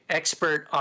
expert